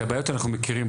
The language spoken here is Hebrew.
את הבעיות אנחנו מכירים.